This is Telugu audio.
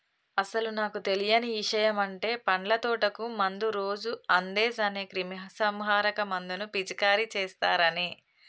అసలు నాకు తెలియని ఇషయమంటే పండ్ల తోటకు మందు రోజు అందేస్ అనే క్రిమీసంహారక మందును పిచికారీ చేస్తారని